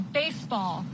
baseball